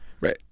Right